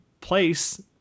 place